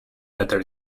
letter